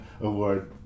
award